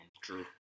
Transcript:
True